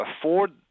Afford